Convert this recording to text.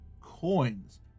coins